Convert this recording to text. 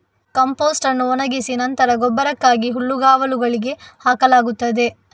compost ಅನ್ನು ಒಣಗಿಸಿ ನಂತರ ಗೊಬ್ಬರಕ್ಕಾಗಿ ಹುಲ್ಲುಗಾವಲುಗಳಿಗೆ ಹಾಕಲಾಗುತ್ತದೆ